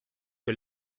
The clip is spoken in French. que